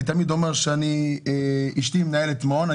אני תמיד אומר שאשתי מנהלת מעון,